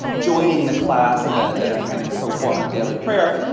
joining the class in a and kind of pro forma daily prayer,